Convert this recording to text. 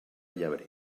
llebrer